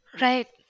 Right